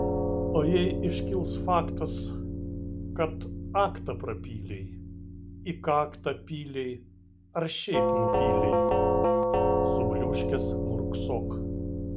o jei iškils faktas kad aktą prapylei į kaktą pylei ar šiaip nupylei subliūškęs murksok